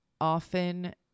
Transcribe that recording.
often